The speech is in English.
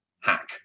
hack